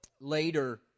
Later